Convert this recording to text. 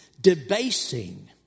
debasing